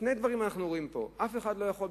שני דברים אנחנו אומרים פה: אף אחד לא יכול,